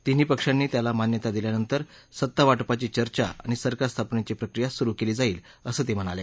तिन्ही पक्षांनी त्याला मान्यता दिल्यानंतर सत्तावाटपाची चर्चा आणि सरकार स्थापनेची प्रक्रिया सुरू केली जाईल असं त्यांनी सांगितलं